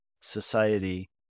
society